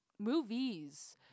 Movies